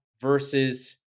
versus